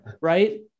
Right